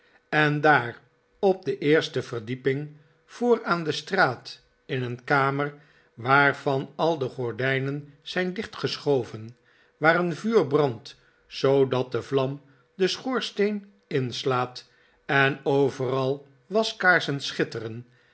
en daar op de eerste verdieping voor aan de straat in een kamer waarvan al de gordijnen zijn dichtgesclioven waar een vuur brandt zoodat de vlam den schoorsteen inslaat en overal waskaarsen schitteren